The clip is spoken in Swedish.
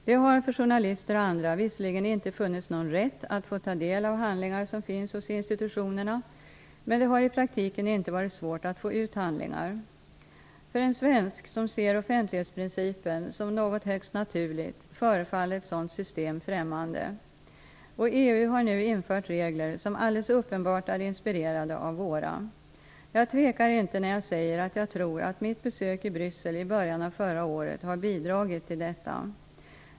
Det har för journalister och andra visserligen inte funnits någon rätt att få ta del av handlingar som finns hos institutionerna, men det har i praktiken inte varit svårt att få ut handlingar. För en svensk som ser offentlighetsprincipen som något högst naturligt förefaller ett sådant system främmande. EU har nu infört regler som alldeles uppenbart är inspirerade av våra. Jag tvekar inte när jag säger att jag tror att mitt besök i Bryssel i början av förra året har bidragit till detta.